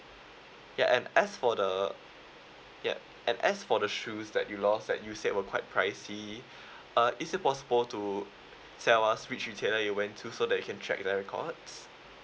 ya and as for the ya and as for the shoes that you lost that you said were quite pricey uh is it possible to tell us which retailer you went to so that you can check their records